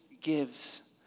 gives